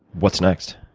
what's next?